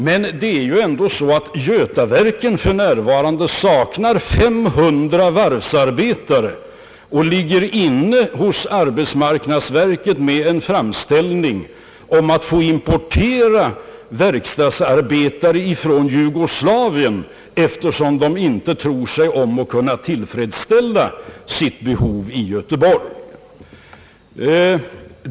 Men det är ju ändå så att Götaverken i Göteborg för närvarande saknar 500 varvsarbetare och ligger inne hos arbetsmarknadsverket med en framställning om att få importera verkstadsarbetare från Jugoslavien, eftersom man inte tror sig om att kunna tillfredsställa sitt behov i Göteborg.